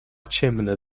ciemne